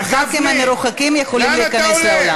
הרב גפני, לאן אתה הולך?